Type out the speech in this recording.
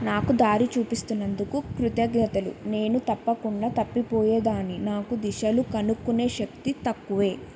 నాకు దారి చూపిస్తున్నందుకు కృతజ్ఞతలు నేను తప్పకుండా తప్పిపోయేదాన్ని నాకు దిశలు కనుక్కునే శక్తి తక్కువే